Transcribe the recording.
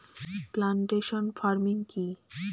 Plantation farming কি?